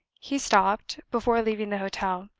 he stopped, before leaving the hotel,